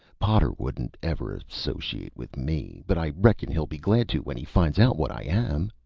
potter wouldn't ever associate with me, but i reckon he'll be glad to when he finds out what i am.